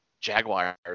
jaguars